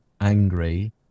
angry